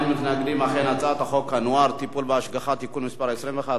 חוק הנוער (טיפול והשגחה) (תיקון מס' 21),